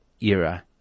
era